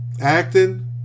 Acting